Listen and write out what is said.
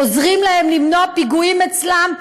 עוזרים להם למנוע פיגועים אצלם,